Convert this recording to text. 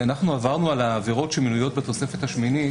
אנחנו עברנו על העבירות שמנויות בתוספת השמינית